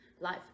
life